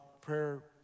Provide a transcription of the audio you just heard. prayer